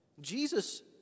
Jesus